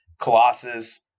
Colossus